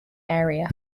area